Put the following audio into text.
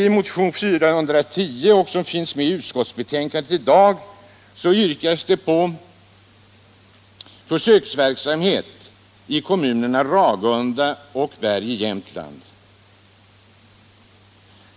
I motionen 410, som finns med i det utskottsbetänkande som vi behandlar i dag, yrkas på försöksverksamhet i kommunerna Ragunda och Berg i Jämtland.